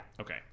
Okay